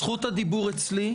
זכות הדיבור אצלי,